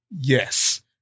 Yes